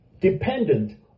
dependent